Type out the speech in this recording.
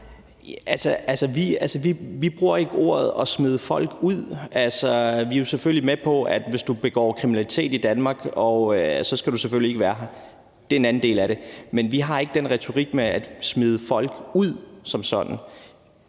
(M): Vi bruger ikke udtrykket at smide folk ud. Vi er jo selvfølgelig med på, at hvis du begår kriminalitet i Danmark, skal du selvfølgelig ikke være her. Det er en anden del af det, men vi har ikke den retorik med at smide folk ud som sådan.